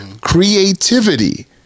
creativity